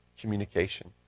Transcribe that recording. communication